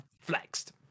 Flexed